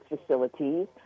facilities